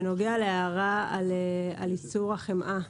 בנוגע להערה על ייצור החמאה,